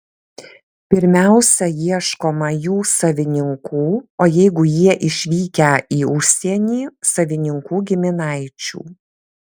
pirmiausia ieškoma jų savininkų o jeigu jie išvykę į užsienį savininkų giminaičių